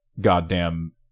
goddamn